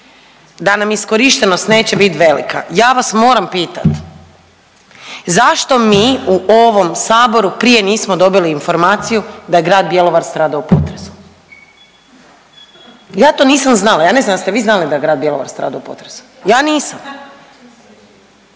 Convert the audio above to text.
da nam iskorištenost neće bit velika, ja vas moram pitati zašto mi u ovom Saboru prije nismo dobili informaciju da je Grad Bjelovar stradao u potresu? Ja to nisam znala, ja ne znam, jeste vi znali da je Grad Bjelovar stradao u potresu? Ja nisam.